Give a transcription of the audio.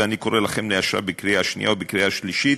ואני קורא לכם לאשרה בקריאה שנייה ובקריאה שלישית.